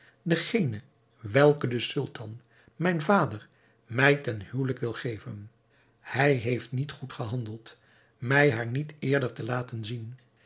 degene welke de sultan mijn vader mij ten huwelijk wil geven hij heeft niet goed gehandeld mij haar niet eerder te laten zien